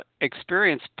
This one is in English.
experience